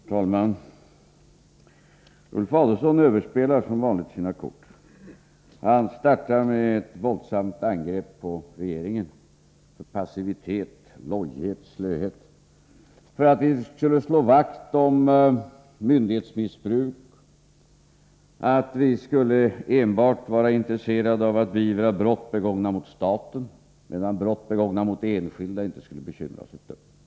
Fru talman! Ulf Adelsohn överspelar som vanligt sina kort. Han startar med ett våldsamt angrepp mot regeringen. Regeringen anklagas för passivitet, lojhet uch slöhet. Vi anklagas för att slå vakt om myndighetsmissbruk, för att enbart vara intresserade av att beivra brott begångna mot staten. Brott begångna mot enskilda personer skulle däremot inte bekymra oss ett dugg.